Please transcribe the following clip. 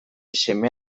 seme